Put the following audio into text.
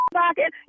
pocket